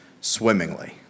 swimmingly